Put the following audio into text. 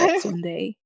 someday